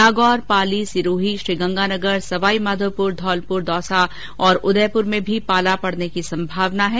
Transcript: नागौर पाली सिरोही श्रीगंगानगर सवाईमाधोपुर धौलपुर दौसा और उदयपुर में भी पाला पड़ने की संभावना है